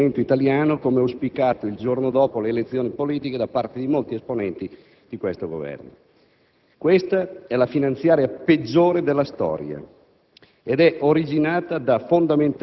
e delle residue speranze di un rinascimento italiano, come auspicato il giorno dopo le elezioni politiche da parte di molti esponenti dell'attuale Governo. Questa è la finanziaria peggiore della storia